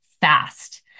fast